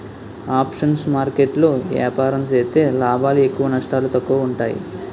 options market లో ఏపారం సేత్తే లాభాలు ఎక్కువ నష్టాలు తక్కువ ఉంటాయి